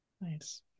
Nice